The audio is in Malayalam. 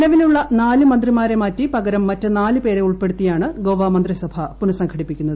നിലവിലുള്ള നാല് മന്ത്രിമാരെ മാറ്റി പകരം മറ്റ് നാല് പേരെ ഉൾപ്പെടുത്തിയാണ് ഗോവ മന്ത്രിസഭ പുനസംഘടിപ്പിക്കുന്നത്